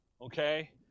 okay